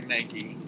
Nike